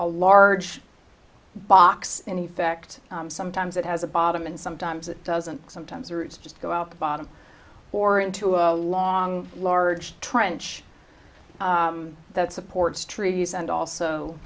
a large box in effect sometimes it has a bottom and sometimes it doesn't sometimes or it's just go out the bottom or into a long large trench that supports trees and also